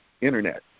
internet